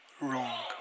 wrong